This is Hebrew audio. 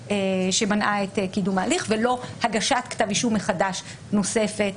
שמנעה את קידום ההליך ולא הגשת כתב אישום מחדש נוספת.